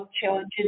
challenges